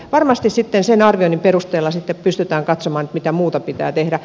varmasti sitten sen arvioinnin perusteella pystytään katsomaan mitä muuta pitää tehdä